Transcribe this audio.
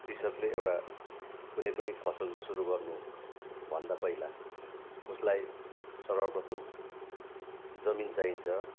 कृषकले एउटा कुनै पनि फसल सुरु गर्नुभन्दा पहिला उसलाई सर्वप्रथम जमिन चाहिन्छ